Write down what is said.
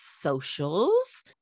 socials